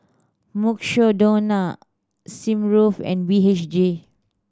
Mukshidonna Smirnoff and B H G